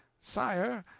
sire,